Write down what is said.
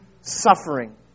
suffering